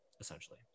essentially